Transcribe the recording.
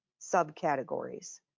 subcategories